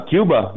Cuba